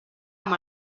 amb